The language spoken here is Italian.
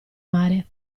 mare